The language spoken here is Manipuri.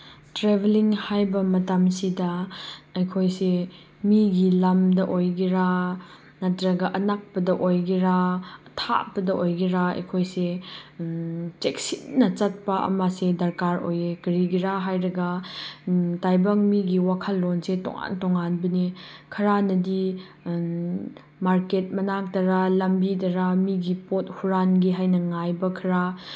ꯇ꯭ꯔꯦꯕꯦꯂꯤꯡ ꯍꯥꯏꯕ ꯃꯇꯝꯁꯤꯗ ꯑꯩꯈꯣꯏꯁꯦ ꯃꯤꯒꯤ ꯂꯝꯗ ꯑꯣꯏꯒꯦꯔꯥ ꯅꯠꯇ꯭ꯔꯒ ꯑꯅꯛꯄꯗ ꯑꯣꯏꯒꯦꯔꯥ ꯑꯊꯥꯞꯄꯗ ꯑꯣꯏꯒꯦꯔꯥ ꯑꯩꯈꯣꯏꯁꯦ ꯆꯦꯛꯁꯤꯟꯅ ꯆꯠꯄ ꯑꯃꯁꯦ ꯗꯔꯀꯥꯔ ꯑꯣꯏꯌꯦ ꯀꯔꯤꯒꯤꯔꯥ ꯍꯥꯏꯔꯒ ꯇꯥꯏꯕꯪ ꯃꯤꯒꯤ ꯋꯥꯈꯜꯂꯣꯟꯁꯦ ꯇꯣꯉꯥꯟ ꯇꯣꯉꯥꯟꯕꯅꯤ ꯈꯔꯅꯗꯤ ꯃꯥꯔꯀꯦꯠ ꯃꯅꯥꯛꯇꯔꯥ ꯂꯝꯕꯤꯗꯔꯥ ꯃꯤꯒꯤ ꯄꯣꯠ ꯍꯨꯔꯥꯟꯒꯦ ꯍꯥꯏꯅ ꯉꯥꯏꯕ ꯈꯔ